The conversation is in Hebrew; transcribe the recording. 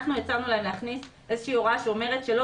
אנחנו הצענו להם להכניס איזושהי הוראה שאומרת שלא